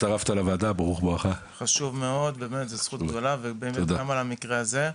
אבל גם בנושא הזה,